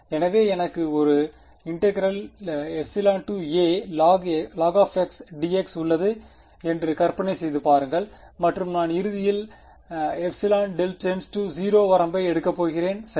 எனவே எனக்கு ஒரு alogdx உள்ளது என்று கற்பனை செய்து பாருங்கள் மற்றும் நான் இறுதியில் ε → 0 வரம்பை எடுக்கப் போகிறேன் சரி